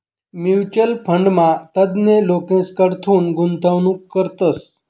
mutual फंडमा तज्ञ लोकेसकडथून गुंतवणूक करतस